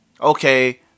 okay